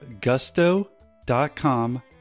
gusto.com